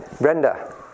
Brenda